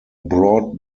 broad